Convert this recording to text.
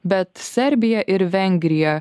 bet serbija ir vengrija